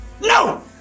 No